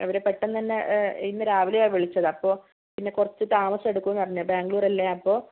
അവർ പെട്ടെന്ന് തന്നെ ഇന്ന് രാവിലെയാണ് വിളിച്ചത് അപ്പോൾ പിന്നെ കുറച്ചു താമസം എടുക്കും എന്ന് പറഞ്ഞു ബാംഗ്ലൂർ അല്ലേ അപ്പോൾ